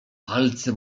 palce